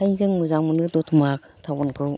बेखायनो जों मोजां मोनो द'तमा टाउनखौ